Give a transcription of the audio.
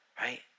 Right